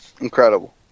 Incredible